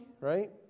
right